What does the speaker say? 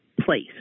place